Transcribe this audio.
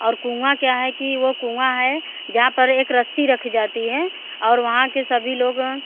और कुआँ क्या है कि वह कुआँ है जहाँ पर एक रस्सी रखी जाती है और वहाँ के सभी लोग